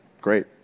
Great